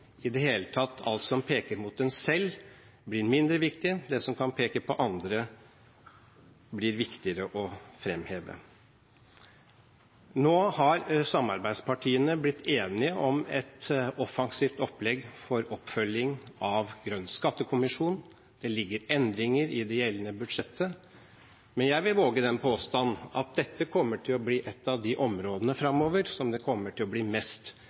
i det hele tatt blir alt som peker mot en selv, mindre viktig. Det som kan peke på andre, blir viktigere å fremheve. Nå har samarbeidspartiene blitt enige om et offensivt opplegg for oppfølging av Grønn skattekommisjon. Det ligger endringer i det gjeldende budsjettet, men jeg vil våge den påstand at dette kommer til å bli et av de områdene fremover som det vil bli mest debatt om – hvilke virkemidler vi er villige til å